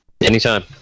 Anytime